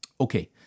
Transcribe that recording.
Okay